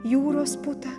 jūros puta